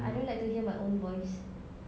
I don't like to hear my own voice